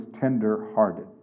tender-hearted